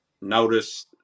notice